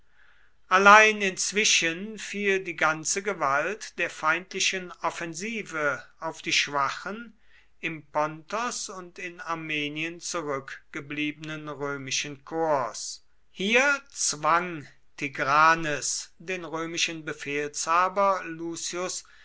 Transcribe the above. allein inzwischen fiel die ganze gewalt der feindlichen offensive auf die schwachen im pontos und in armenien zurückgebliebenen römischen korps hier zwang tigranes den römischen befehlshaber